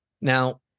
Now